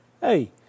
Hey